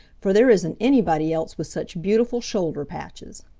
for there isn't anybody else with such beautiful shoulder patches.